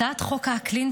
הצעת חוק האקלים,